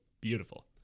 Beautiful